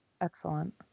Excellent